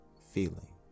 feeling